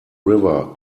river